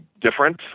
different